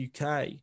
UK